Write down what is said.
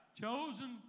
Chosen